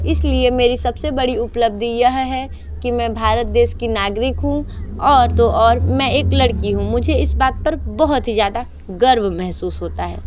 इस लिए मेरी सब से बड़ी उपलब्धि यह है कि मैं भारत देश की नागरिक हूँ और तो और मैं एक लड़की हूँ मुझे इस बात पर बहुत ही ज़्यादा गर्व महसूस होता है